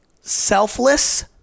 selfless